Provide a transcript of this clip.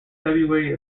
february